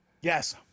Yes